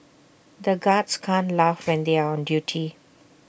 the guards can't laugh when they are on duty